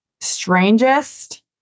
Strangest